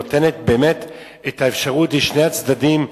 נותנת באמת את האפשרות לשני הצדדים,